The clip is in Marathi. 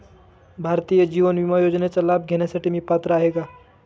भारतीय जीवन विमा योजनेचा लाभ घेण्यासाठी मी पात्र आहे का?